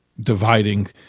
dividing